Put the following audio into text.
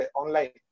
online